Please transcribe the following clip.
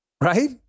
right